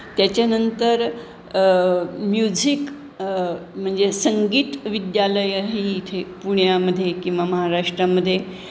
त्याच्यानंतर म्युझिक म्हणजे संगीत विद्यालयं ही इथे पुण्यामध्ये किंवा महाराष्ट्रामध्ये